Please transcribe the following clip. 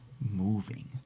moving